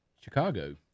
Chicago